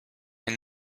une